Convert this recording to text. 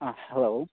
ꯑꯥ hello